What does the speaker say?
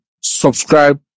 subscribe